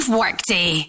workday